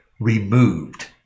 removed